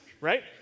right